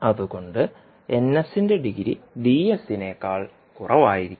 അതുകൊണ്ട് ന്റെ ഡിഗ്രി നേക്കാൾ കുറവായിരിക്കണം